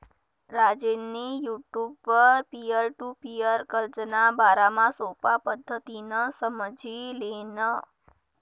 राजेंनी युटुबवर peer to peer कर्जना बारामा सोपा पद्धतीनं समझी ल्हिनं